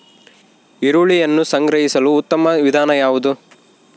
ಈರುಳ್ಳಿಯನ್ನು ಸಂಗ್ರಹಿಸಲು ಉತ್ತಮ ವಿಧಾನ ಯಾವುದು?